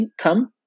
come